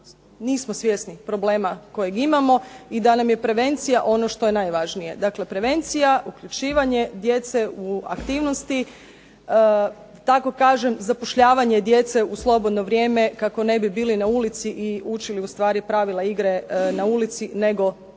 nismo svjesni problema kojeg imamo i da nam je prevencija ono što je najvažnije. Dakle, prevencija, uključivanje djece u aktivnosti, tako kažem zapošljavanje djece u slobodno vrijeme kako ne bi bili na ulici i učili ustvari pravila igre na ulici nego negdje